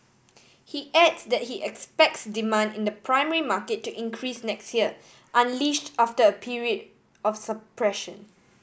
he adds that he expects demand in the primary market to increase next year unleashed after a period of suppression